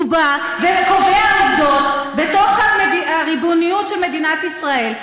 הוא בא וקובע עובדות בתוך הריבונות של מדינת ישראל,